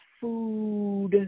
food